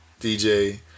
DJ